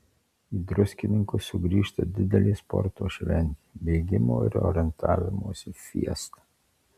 į druskininkus sugrįžta didelė sporto šventė bėgimo ir orientavimosi fiesta